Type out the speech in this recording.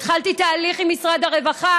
התחלתי תהליך עם משרד הרווחה